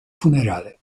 funerale